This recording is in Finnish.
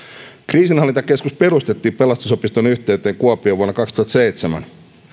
kriisinhallintakeskus perustettiin pelastusopiston yhteyteen kuopioon vuonna kaksituhattaseitsemän